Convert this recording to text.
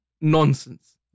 Nonsense